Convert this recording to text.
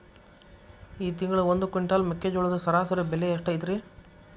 ಈ ತಿಂಗಳ ಒಂದು ಕ್ವಿಂಟಾಲ್ ಮೆಕ್ಕೆಜೋಳದ ಸರಾಸರಿ ಬೆಲೆ ಎಷ್ಟು ಐತರೇ?